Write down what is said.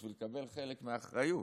בשביל לקבל חלק מהאחריות.